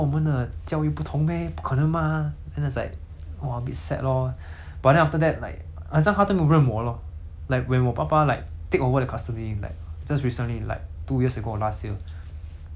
!wah! a bit sad lor but then after that like 很像她都没有认我 lor like when 我爸爸 like take over the custody like just recently like two years ago or last year 他拿他拿过来他的 custody 过后 then like